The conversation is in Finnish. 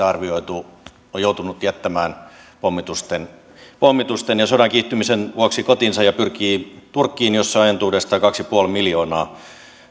arvioitu joutuneen jättämään pommitusten pommitusten ja sodan kiihtymisen vuoksi kotinsa ja pyrkivän turkkiin jossa on entuudestaan kaksi pilkku viisi miljoonaa